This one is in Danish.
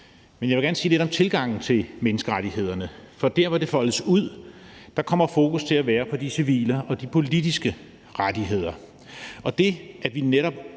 Men jeg vil gerne sige lidt om tilgangen til menneskerettighederne, for der, hvor det foldes ud, kommer fokus til at være på de civile og de politiske rettigheder, og det, at vi netop